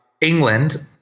England